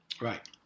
Right